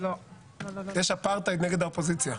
יש אפרטהייד נגד האופוזיציה.